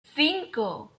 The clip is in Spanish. cinco